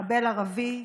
מחבל ערבי,